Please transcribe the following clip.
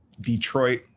detroit